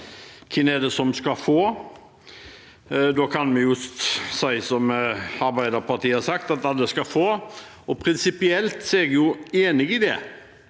det som skal få? Vi kan jo si som Arbeiderpartiet har sagt, at alle skal få. Prinsipielt er jeg enig i det.